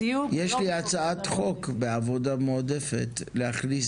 יש לי הצעת חוק בעבודה מועדפת להכניס